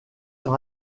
sur